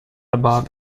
above